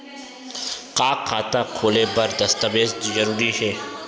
का खाता खोले बर दस्तावेज जरूरी हे?